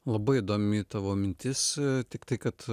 labai įdomi tavo mintis tiktai kad